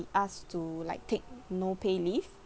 asked to like take no-pay leave